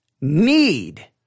need